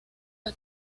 del